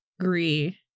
agree